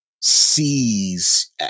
sees